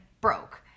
broke